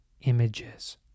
images